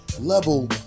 level